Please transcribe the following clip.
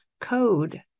code